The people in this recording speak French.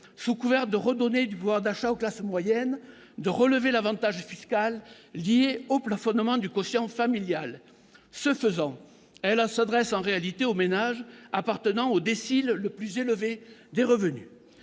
sous couvert de redonner du pouvoir d'achat aux classes moyennes, de relever l'avantage fiscal lié au plafonnement du quotient familial. Ce faisant, elle s'adresse en réalité aux ménages appartenant au décile le plus élevé des revenus.